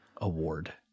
award